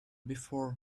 before